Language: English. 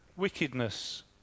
wickedness